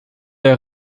der